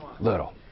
Little